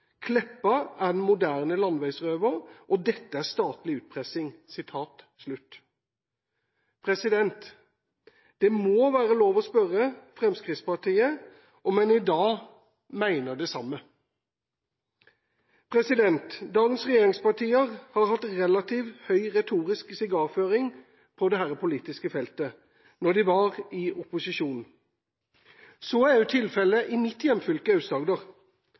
Kleppa er den moderne landeveisrøver. Dette er statlig utpressing.» Det må være lov å spørre Fremskrittspartiet om en i dag mener det samme. Dagens regjeringspartier hadde relativt høy retorisk sigarføring på dette politiske feltet da de var i opposisjon. Så er jo tilfellet i